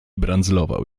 brandzlował